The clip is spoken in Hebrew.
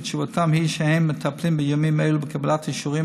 ותשובתם היא שהם מטפלים בימים אלו בקבלת האישורים